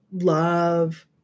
love